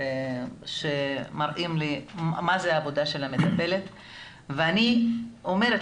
שמראים לי מה זאת עבודת המטפלת ואני אומרת